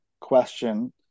question